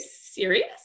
serious